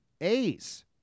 A's